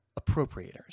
appropriators